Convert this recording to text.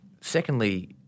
Secondly